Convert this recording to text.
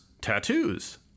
tattoos